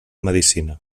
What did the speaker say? medicina